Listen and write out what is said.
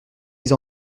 mise